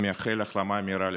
ומאחל החלמה מהירה לפצועים.